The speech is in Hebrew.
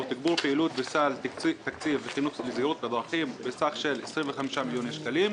תגבור פעילות בסל תקציב לחינוך לזהירות בדרכים בסך של 25 מיליוני שקלים.